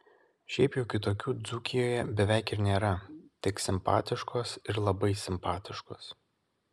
šiaip jau kitokių dzūkijoje beveik ir nėra tik simpatiškos ir labai simpatiškos